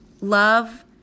love